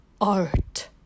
art